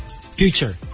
Future